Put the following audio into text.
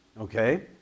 okay